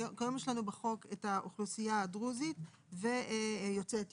יש לנו בחוק את האוכלוסייה הדרוזית ואת יוצאי אתיופיה,